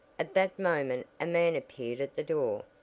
at that moment a man appeared at the door.